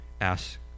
ask